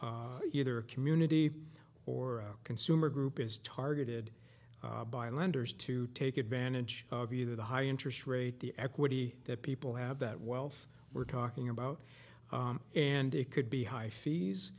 other community or consumer group is targeted by lenders to take advantage of either the high interest rate the equity that people have that wealth we're talking about and it could be high fees